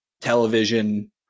television